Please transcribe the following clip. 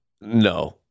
no